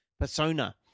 Persona